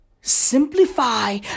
Simplify